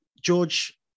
George